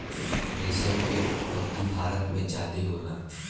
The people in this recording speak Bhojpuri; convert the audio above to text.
रेशम के उत्पत्ति भारत में ज्यादे होला